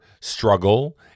struggle